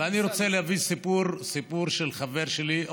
ואני רוצה להביא סיפור של חבר שלי,